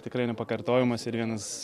tikrai nepakartojamas ir vienas